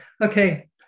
Okay